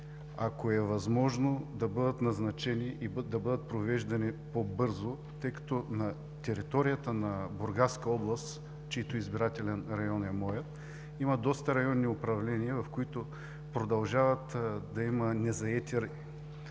ако е възможно, да бъдат назначени и да бъдат провеждани по-бързо, тъй като на територията на бургаска област, чийто избирателен район е моят, има доста районни управления, в които продължава да има незаети места,